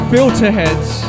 Filterhead's